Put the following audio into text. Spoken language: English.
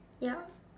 yup